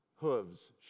hooves